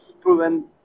proven